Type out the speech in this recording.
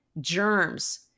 germs